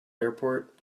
airport